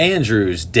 Andrew's